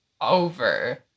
over